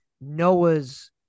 Noah's